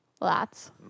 Lots